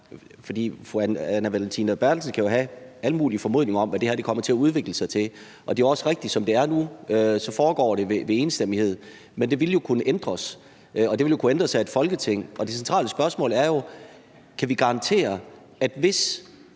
Fru Anne Valentina Berthelsen kan jo have alle mulige formodninger om, hvad det her kommer til at udvikle sig til, og det er også rigtigt, at som det er nu, foregår det her ved enstemmighed. Men det ville jo kunne ændres, og det ville kunne ændres af et Folketing. Og det centrale spørgsmål er jo: Kan vi garantere, at hvis